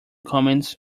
comments